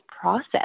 process